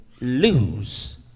lose